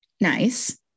nice